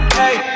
hey